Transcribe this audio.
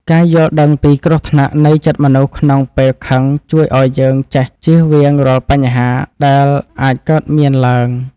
ការយល់ដឹងពីគ្រោះថ្នាក់នៃចិត្តមនុស្សក្នុងពេលខឹងជួយឱ្យយើងចេះចៀសវាងរាល់បញ្ហាដែលអាចកើតមានឡើង។